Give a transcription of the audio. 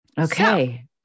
Okay